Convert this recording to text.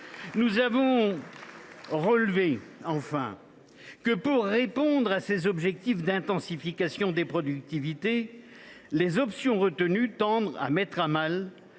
Nous avons également relevé que, pour répondre à ces objectifs d’intensification des productivités, les options retenues tendent à mettre à mal